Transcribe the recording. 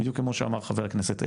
בדיוק כמו שאמר חבר הכנסת אלקין,